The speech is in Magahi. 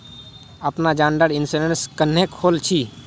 अपना जान डार इंश्योरेंस क्नेहे खोल छी?